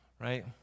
right